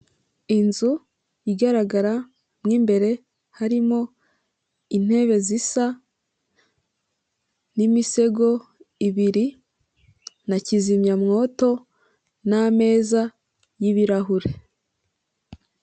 Inzu igaragara mo imbere harimo intebe zisa n'imisego ibiri na kizimyamwoto, n'ameza y'ibirahure.